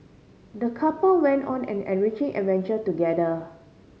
the couple went on an enriching adventure together